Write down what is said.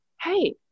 hey